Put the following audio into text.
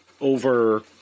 over